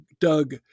Doug